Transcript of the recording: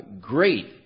great